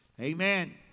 Amen